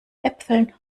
äpfeln